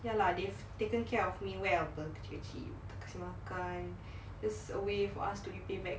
ya lah they've taken care of me well apa kecil-kecil kasi makan this a way for us to repay back